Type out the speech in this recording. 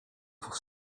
dwóch